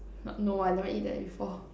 n~ no I never eat that before